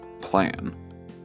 plan